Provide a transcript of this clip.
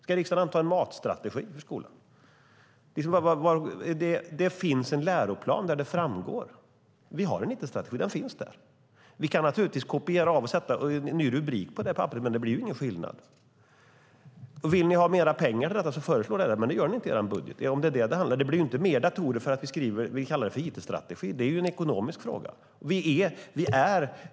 Ska riksdagen anta en matstrategi för skolan? Det finns en läroplan där det framgår att vi har en it-strategi. Den finns där. Vi kan naturligtvis kopiera det papperet och sätta ny rubrik på det, men det blir ju ingen skillnad. Om det handlar om att ni vill ha mer pengar till detta, föreslå det då! Men det gör ni inte i er budget. Det blir inte fler datorer för att vi kallar det för it-strategi. Det är ju en ekonomisk fråga.